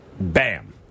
Bam